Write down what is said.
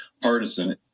partisan